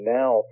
now